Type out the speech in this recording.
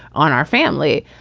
on our family.